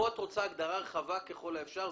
פה את רוצה הגדרה רחבה ככל האפשר.